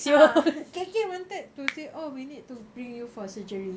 ah K_K wanted to say oh we need to bring you for surgery